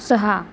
सहा